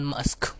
Musk